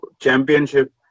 championship